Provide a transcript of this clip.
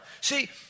See